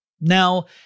Now